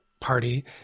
party